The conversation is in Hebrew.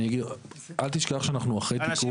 אני אגיד, אל תשכח שאנחנו אחרי תיקון.